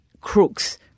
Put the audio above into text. crooks